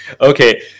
Okay